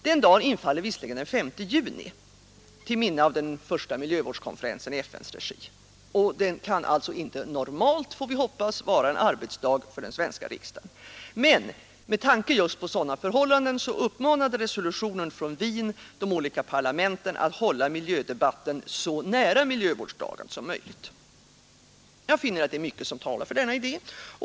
Denna dag infaller visserligen den S juni till minne av den första miljövårdskonferensen i FN:s regi, och den kan alltså normalt, får vi hoppas, inte vara en arbetsdag för den svenska riksdagen. Men med tanke just på sådana förhållanden uppmanade resolutionen från Wien de olika parlamenten att hålla miljödebatten så nära miljövårdsdagen som möjligt. Jag finner att mycket talar för denna idé.